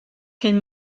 cyn